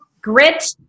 grit